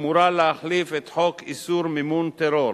אמורה להחליף את חוק איסור מימון טרור.